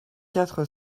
quatre